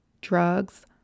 drugs